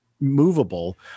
movable